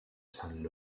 saint